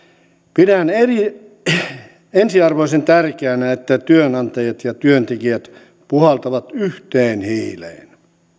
pidän ensiarvoisen tärkeänä että työnantajat ja työntekijät puhaltavat yhteen hiileen